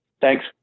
Thanks